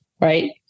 right